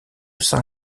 saint